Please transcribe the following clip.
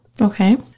okay